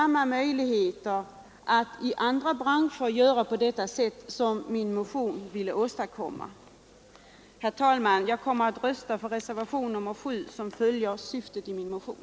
Min motion syftar till att man skulle öppna möjlighet till en liknande begränsning även i andra branscher. Herr talman! Jag kommer att rösta för reservationen 7, som tillgodoser syftet med min motion.